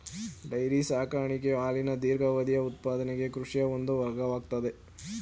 dairy ಸಾಕಾಣಿಕೆಯು ಹಾಲಿನ ದೀರ್ಘಾವಧಿಯ ಉತ್ಪಾದನೆಗೆ ಕೃಷಿಯ ಒಂದು ವರ್ಗವಾಗಯ್ತೆ